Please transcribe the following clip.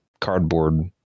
cardboard